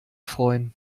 freuen